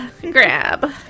grab